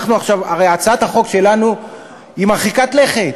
הרי הצעת החוק שלנו היא מרחיקת לכת.